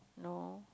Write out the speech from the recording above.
no